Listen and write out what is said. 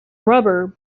rubber